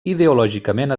ideològicament